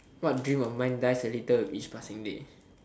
what dream of mine dies a little with each passing day